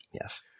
Yes